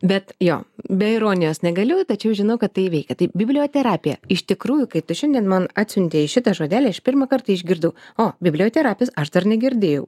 bet jo be ironijos negaliu tačiau žinau kad tai veikia tai biblioterapija iš tikrųjų kaip tu šiandien man atsiuntei šitą žodelį aš pirmą kartą išgirdau o biblioterapijos aš dar negirdėjau